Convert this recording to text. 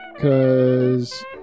Cause